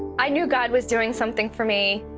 i knew god was doing something for me.